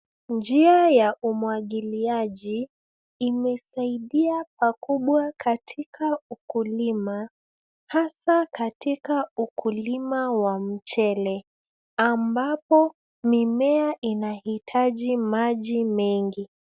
Njia ya umwagiliaji imesaidia pakubwa katika ukulima, hasaa katika ukulima wa mchele. Ambapo mimea inahitaji maji mengi.